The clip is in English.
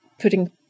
putting